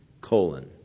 Colon